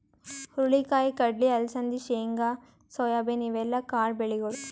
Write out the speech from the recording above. ಹುರಳಿ ಕಾಯಿ, ಕಡ್ಲಿ, ಅಲಸಂದಿ, ಶೇಂಗಾ, ಸೋಯಾಬೀನ್ ಇವೆಲ್ಲ ಕಾಳ್ ಬೆಳಿಗೊಳ್